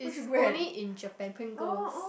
only in Japan Pringles